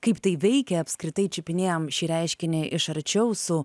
kaip tai veikia apskritai čiupinėjam šį reiškinį iš arčiau su